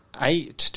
eight